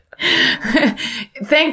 Thank